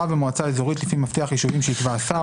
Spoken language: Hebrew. רב במועצה אזורית לפי מפתח יישובים שיקבע השר,